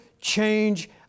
change